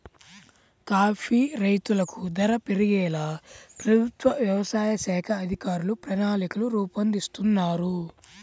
coffee రైతులకు ధర పెరిగేలా ప్రభుత్వ వ్యవసాయ శాఖ అధికారులు ప్రణాళికలు రూపొందిస్తున్నారు